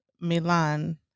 Milan